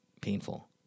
painful